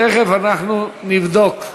תכף אנחנו נבדוק.